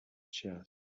chess